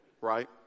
Right